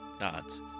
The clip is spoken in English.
nods